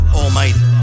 almighty